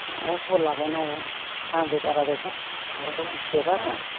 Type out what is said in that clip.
बबेयाव खबर लाबावनांगौ आंबो बारा दखान फानग्राखौ मिथिजोबा